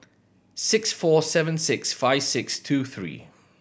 six four seven six five six two three